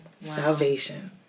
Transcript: Salvation